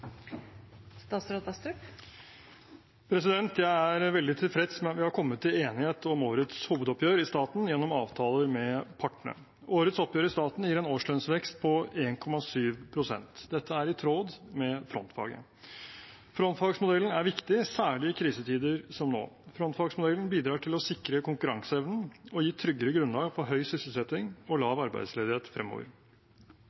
veldig tilfreds med at vi har kommet til enighet om årets hovedoppgjør i staten gjennom avtaler med partene. Årets oppgjør i staten gir en årslønnsvekst på 1,7 pst. Dette er i tråd med frontfaget. Frontfagsmodellen er viktig særlig i krisetider som nå. Frontfagsmodellen bidrar til å sikre konkurranseevnen og gi tryggere grunnlag for høy sysselsetting og